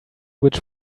which